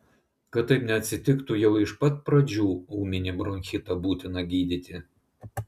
kad taip neatsitiktų jau iš pat pradžių ūminį bronchitą būtina gydyti